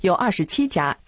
you know i should teach